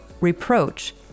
reproach